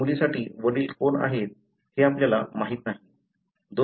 या मुलीसाठी वडील कोण आहेत हे आपल्याला माहित नाही